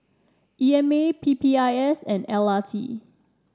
E M A P P I S and L R T